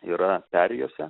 yra perėjose